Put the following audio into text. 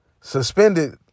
suspended